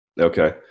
Okay